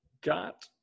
Got